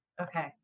okay